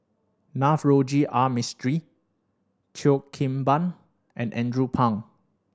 Navroji R Mistri Cheo Kim Ban and Andrew Phang